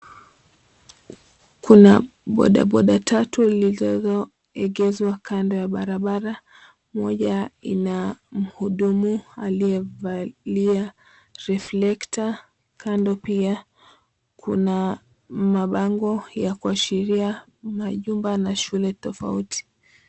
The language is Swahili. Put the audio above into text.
Kuna bodaboda tatu zilizoegezwa kando ya barabara moja ina mhudumu aliyevalia reflector , kando pia kuna mabango ya kuashiria majumba na shule tofauti.